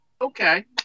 Okay